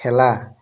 খেলা